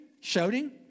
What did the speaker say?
shouting